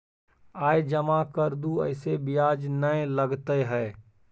आय जमा कर दू ऐसे ब्याज ने लगतै है?